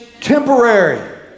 temporary